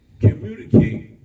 communicate